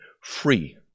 free